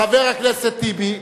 חבר הכנסת טיבי,